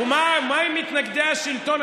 ומה עם מתנגדי השלטון?